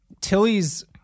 Tilly's